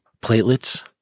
platelets